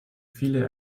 viele